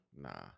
Nah